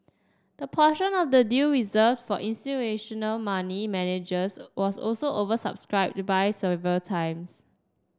the portion of the deal reserved for institutional money managers was also oversubscribed by several times